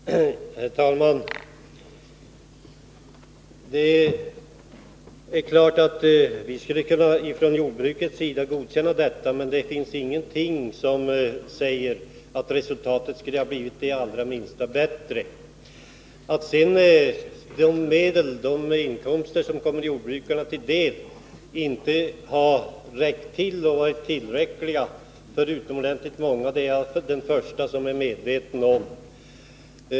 Herr talman! Det är klart att vi från jordbruksutskottets sida skulle ha kunnat godkänna detta, men det finns ingenting som säger att resultatet på minsta sätt skulle ha blivit bättre. Att sedan de inkomster som kommer jordbrukarna till del inte varit tillräckliga i utomordentligt många fall är jag den förste att vara medveten om.